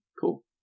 Cool